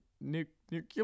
Nuclear